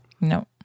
No